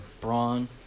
brawn